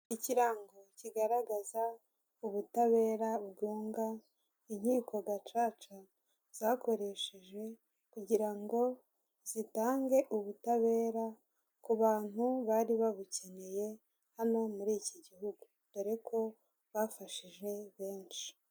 Ikirango kigaragaza ubutabera bugonga inkiko gacaca zakoresheje, kugira ngo zitange ubutabera ku bantu bari babukeneye, hano muri iki gihugu dore ko byafashije benshi.